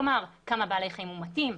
כלומר כמה בעלי חיים מומתים,